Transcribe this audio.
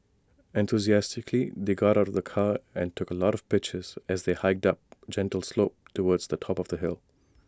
enthusiastically they got out of the car and took A lot of pictures as they hiked up A gentle slope towards the top of the hill